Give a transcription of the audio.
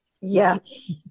Yes